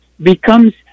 becomes